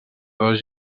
dos